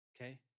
okay